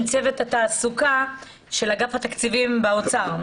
צוות התעסוקה של אגף התקציבים באוצר.